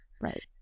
Right